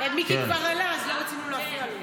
פשוט מיקי כבר עלה אז לא רצינו להפריע לו.